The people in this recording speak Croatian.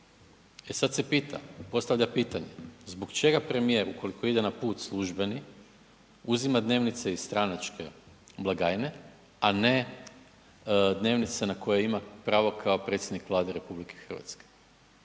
E sad se pita, postavlja pitanje, zbog čega premijer ukoliko ide na put službeni uzima dnevnice iz stranačke blagajne a ne dnevnice na koje ima pravo kao predsjednik Vlade RH.